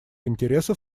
интересов